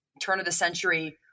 turn-of-the-century